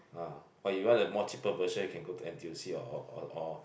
ah but you want the more cheaper version you can go to N_T_U_C or or or or